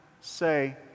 say